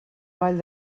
vall